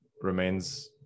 remains